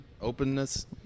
openness